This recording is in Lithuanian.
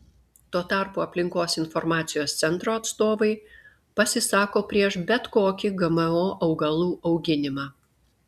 tuo tarpu aplinkos informacijos centro atstovai pasisako prieš bet kokį gmo augalų auginimą